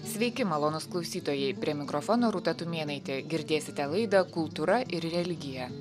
sveiki malonūs klausytojai prie mikrofono rūta tumėnaitė girdėsite laidą kultūra ir religija